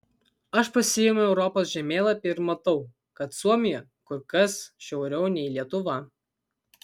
aš pasiimu europos žemėlapį ir matau kad suomija kur kas šiauriau nei lietuva